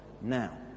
now